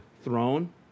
throne